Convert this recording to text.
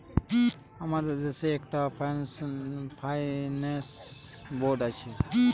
আমাদের দেশে একটা ফাইন্যান্স বোর্ড আছে